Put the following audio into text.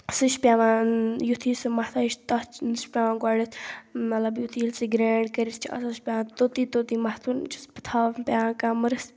سُہ چھُ پیٚوان یُتھُے سُہ مَتھان چھِ تَتھ سُہ چھُ پیٚوان گۄڈنیٚتھ مطلب ییٚلہِ سُہ گریٚنٛڈ کٔرِتھ چھُ آسان سُہ چھُ پیٚوان توٚتُے توٚتُے مَتھُن چھُ سُہ تھاوُن پیٚوان کَمرَس